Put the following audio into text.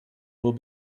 will